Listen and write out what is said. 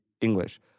English